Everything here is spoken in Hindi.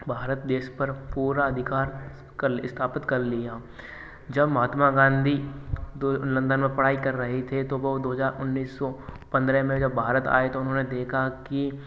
भारत देश पर पूरा अधिकार कर स्थापित कर लिया जब महात्मा गांधी दो लंडन में पढ़ाई कर रहे थे तो वो दो हज़ार उन्नीस सौ पंद्रह में जब भारत आए तो उन्होंने देखा कि